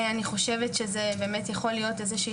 אני חושבת שזה באמת יכול להיות איזושהי